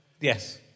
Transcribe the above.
yes